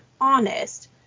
honest